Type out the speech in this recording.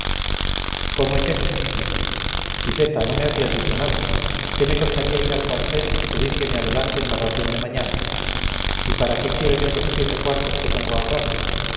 cómo es eso dije siseta no me habías dicho nada qué me costaría ir al cuartel y pedir que me adelanten la ración de mañana y para qué quiero yo los siete cuartos que tengo ahorrados